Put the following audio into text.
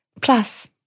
Plus